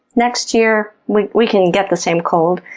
next year, we we can get the same cold.